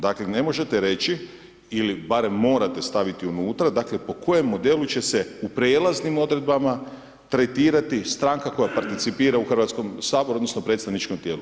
Dakle ne možete reži ili barem morate staviti unutra, dakle po kojem modelu će se u prijelaznim odredbama tretirati stranka koja participira u Hrvatskom saboru odnosno predstavničkom tijelu.